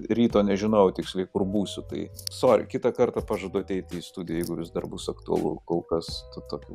ryto nežinojau tiksliai kur būsiu tai sori kitą kartą pažadu ateiti į studiją jeigu vis dar bus aktualu kol kas tokio